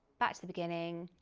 back to the beginning,